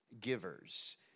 givers